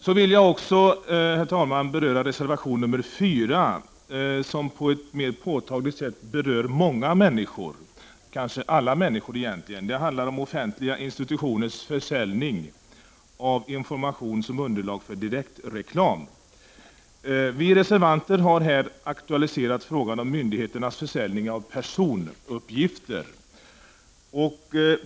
Låt mig också, herr talman, kommentera reservation 4, som på ett påtagligt sätt berör många människor, kanske alla människor. Den handlar om offentliga institutioners försäljning av information som underlag för direktreklam. Vi reservanter har aktualiserat frågan om myndigheternas försäljning av personuppgifter.